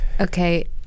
Okay